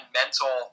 mental